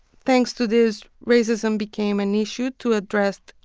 thanks to this, racism became an issue to address,